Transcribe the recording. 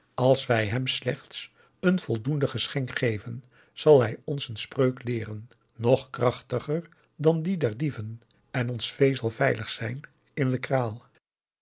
als wij hem slechts een volaugusta de wit orpheus in de dessa doende geschenk geven zal hij ons een spreuk leeren nog krachtiger dan die der dieven en ons vee zal veilig zijn in de kraal